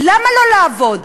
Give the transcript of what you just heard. למה לו לעבוד?